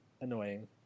Annoying